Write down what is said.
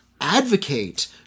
advocate